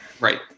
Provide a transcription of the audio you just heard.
right